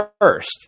First